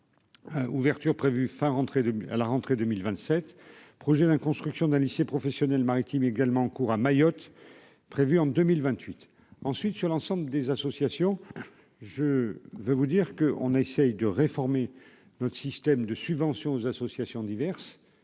rentrer de à la rentrée 2027 projets, la construction d'un lycée professionnel maritime également en cours à Mayotte, prévue en 2028 ensuite, sur l'ensemble des associations, je veux vous dire que, on essaye de réformer notre système de subventions aux associations diverses,